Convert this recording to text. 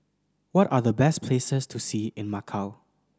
what are the best places to see in Macau